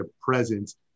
presence